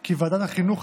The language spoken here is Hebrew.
כי ועדת החינוך,